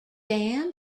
damn